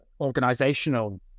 organizational